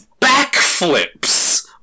backflips